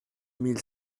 mille